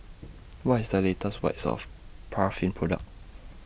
What IS The latest White Soft Paraffin Product